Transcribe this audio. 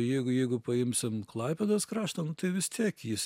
jeigu jeigu paimsim klaipėdos kraštą nu tai vis tiek jis